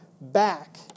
back